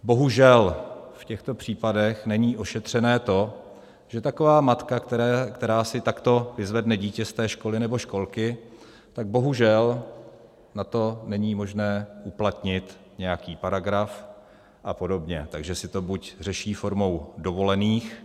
Bohužel v těchto případech není ošetřené to, že taková matka, která si takto vyzvedne dítě z té školy nebo školky, tak bohužel na to není možné uplatnit nějaký paragraf apod., takže se to buď řeší formou dovolených.